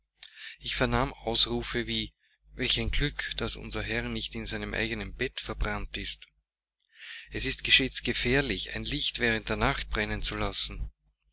ich vernahm ausrufe wie welch ein glück daß unser herr nicht in seinem eigenen bette verbrannt ist es ist stets gefährlich ein licht während der nacht brennen zu lassen